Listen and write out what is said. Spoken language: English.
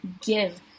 give